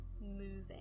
moving